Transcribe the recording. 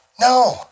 No